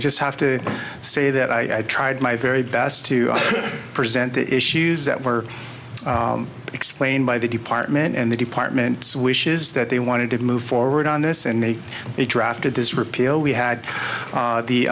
just have to say that i tried my very best to present the issues that were explained by the department and the department wishes that they wanted to move forward on this and they they drafted this repeal we had